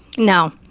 no.